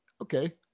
Okay